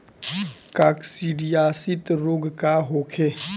काकसिडियासित रोग का होखे?